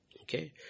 Okay